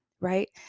right